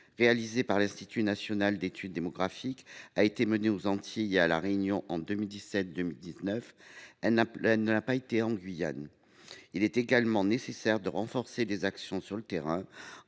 réalisée par l’Institut national d’études démographiques (Ined) a été menée aux Antilles et à La Réunion en 2017 et 2019, mais ne l’a pas été en Guyane ! Il est également nécessaire de renforcer les actions de terrain.